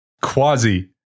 Quasi